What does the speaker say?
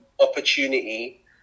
opportunity